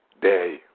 Day